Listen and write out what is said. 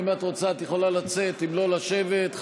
אם את רוצה את יכולה לצאת, אם לא, לשבת.